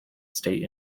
state